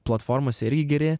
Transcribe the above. platformoseirgi geri